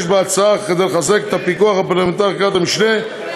יש בהצעה כדי לחזק את הפיקוח הפרלמנטרי על חקיקת משנה,